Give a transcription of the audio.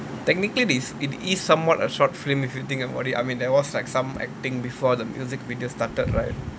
technically this it is somewhat a short film if you think about it I mean there was like some acting before the music video started right